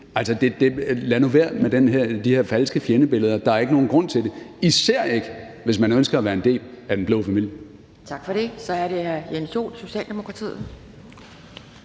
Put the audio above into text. lad nu være med de her falske fjendebilleder. Der er ikke nogen grund til det – især ikke hvis man ønsker at være en del af den blå familie. Kl. 10:41 Anden næstformand (Pia